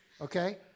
Okay